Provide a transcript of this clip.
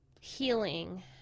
Healing